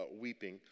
weeping